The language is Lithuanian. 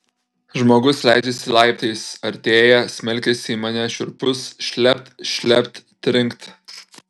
žmogus leidžiasi laiptais artėja smelkiasi į mane šiurpus šlept šlept trinkt